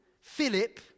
Philip